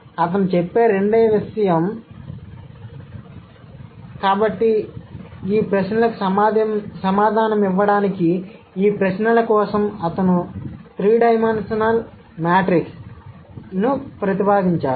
అతను చెప్పే రెండవ విషయం కాబట్టి ఈ ప్రశ్నలకు సమాధానమివ్వడానికి ఈ ప్రశ్నల కోసం అతను త్రి డైమెన్షనల్ మాట్రిక్స్ను ప్రతిపాదించాడు